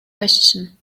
question